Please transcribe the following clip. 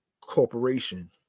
corporation